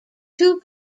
two